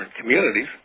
communities